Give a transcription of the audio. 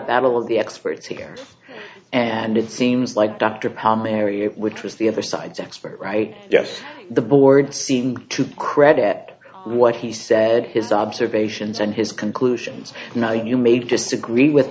battle of the experts here and it seems like dr pao mary it which was the other side's expert right yes the board seemed to credit what he said his observations and his conclusions now you may disagree with